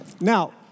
Now